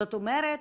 זאת אומרת,